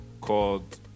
called